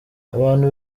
abantu